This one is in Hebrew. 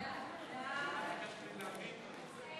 ההצעה